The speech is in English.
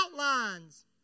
outlines